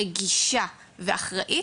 רגישה ואחראית,